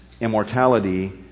immortality